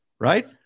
right